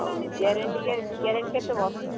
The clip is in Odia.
ହେଉ ଗ୍ୟାରେଣ୍ଟି କେ ଗ୍ୟାରେଣ୍ଟି କେତେ ବର୍ଷ